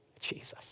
Jesus